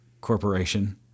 corporation